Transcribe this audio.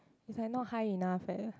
is like not high enough leh